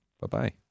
Bye-bye